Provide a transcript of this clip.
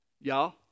Y'all